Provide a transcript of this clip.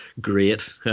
great